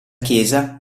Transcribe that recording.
chiesa